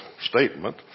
statement